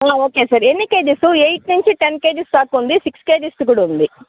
okay sir ఎన్ని కేజసు eight kg ten kgs దాకా ఉంది సిక్స్ కేజీస్ది కూడా ఉంది